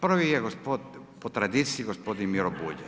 Prvi je po tradiciji gospodin Miro Bulj.